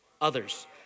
others